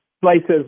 places